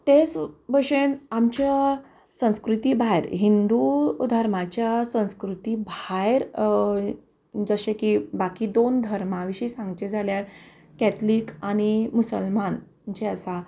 तेच भशेन आमच्या संस्कृती भायर हिंदू धर्माच्या संस्कृती भायर जशें की बाकी दोन धर्मा विशीं सांगचें जाल्यार कॅथलीक आनी मुसलमान जे आसा